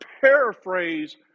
paraphrase